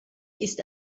ist